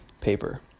paper